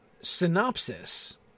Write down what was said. synopsis